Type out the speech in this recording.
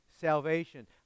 salvation